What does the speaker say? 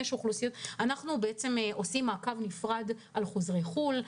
אנחנו עושים מעקב נפרד אחרי חוזרי חו"ל,